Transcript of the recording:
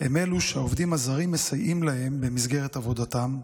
היא אלו שהעובדים הזרים מסייעים להם במסגרת עבודתם,